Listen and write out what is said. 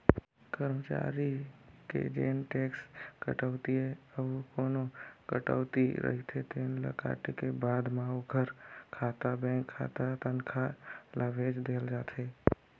करमचारी के जेन टेक्स कटउतीए अउ कोना कटउती रहिथे तेन ल काटे के बाद म ओखर खाता बेंक खाता तनखा ल भेज देहल जाथे